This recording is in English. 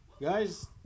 Guys